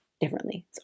differently